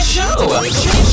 Show